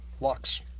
Lux